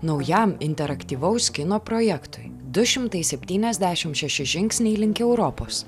naujam interaktyvaus kino projektui du šimtai septyniasdešimt šeši žingsniai link europos